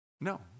No